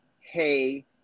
hey